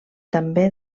també